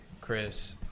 Chris